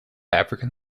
african